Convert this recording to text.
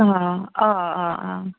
آ آ آ آ